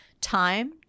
Time